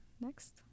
next